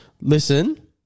listen